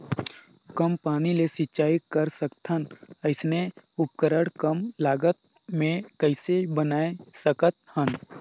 कम पानी ले सिंचाई कर सकथन अइसने उपकरण कम लागत मे कइसे बनाय सकत हन?